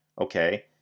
Okay